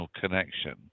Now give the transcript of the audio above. connection